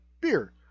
beer